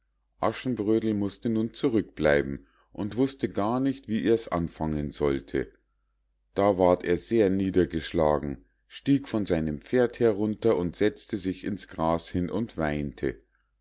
aschenbrödel mußte nun zurückbleiben und wußte gar nicht wie er's anfangen sollte da ward er sehr niedergeschlagen stieg von seinem pferd herunter und setzte sich ins gras hin und weinte